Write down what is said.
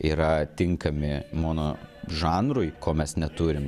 yra tinkami mono žanrui ko mes neturim